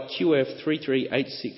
QF3386